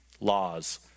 laws